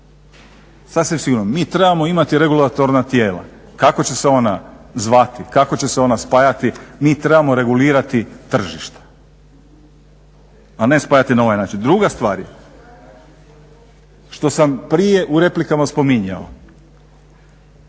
agencije. Mi trebamo imati regulatorna tijela, kako će se ona zvati, kako će se ona spajati m trebamo regulirati tržišta, a ne spajati na ovaj način. Druga stvar je što sam prije u replikama spominjao